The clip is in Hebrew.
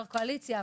יו"ר קואליציה,